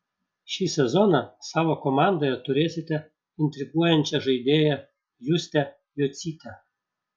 šį sezoną savo komandoje turėsite intriguojančią žaidėją justę jocytę